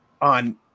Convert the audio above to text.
On